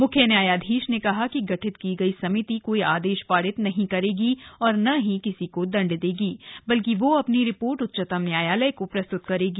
मुख्य न्यायाधीश ने कहा कि गठित की गई समिति कोई आदेश पारित नहीं करेगी और न ही किसी को दंड देगी बल्कि वह अपनी रिपोर्ट उच्चतम न्यायालय को प्रस्तुत करेगी